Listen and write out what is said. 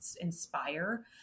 inspire